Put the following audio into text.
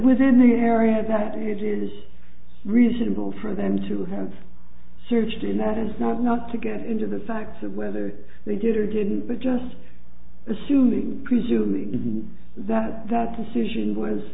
was in the area that it is reasonable for them to hand searched in that it is not not to get into the facts of whether they did or didn't but just assuming presuming that that decision was